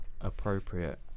appropriate